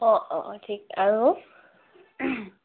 অঁ অঁ অঁ ঠিক আৰু